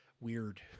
weird